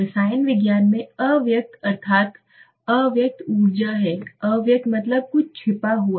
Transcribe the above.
रसायन विज्ञान में अव्यक्त अर्थात अव्यक्त उर्जा है अव्यक्त मतलब कुछ छिपा हुआ